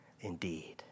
indeed